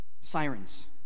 sirens